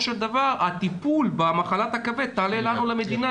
של דבר הטיפול במחלת הכבד תעלה למדינה הרבה כסף.